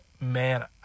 man